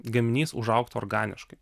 gaminys užaugtų organiškai